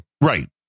Right